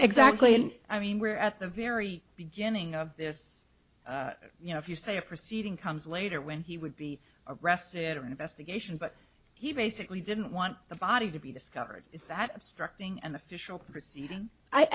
exactly and i mean we're at the very beginning of this you know if you say a proceeding comes later when he would be arrested or investigation but he basically didn't want the body to be discovered is that obstructing and official proceeding